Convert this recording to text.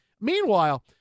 meanwhile